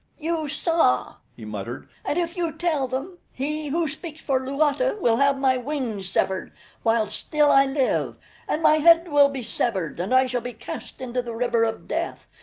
you saw, he muttered, and if you tell them, he who speaks for luata will have my wings severed while still i live and my head will be severed and i shall be cast into the river of death,